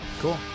Cool